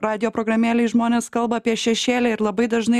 radijo programėlėj žmonės kalba apie šešėlį ir labai dažnai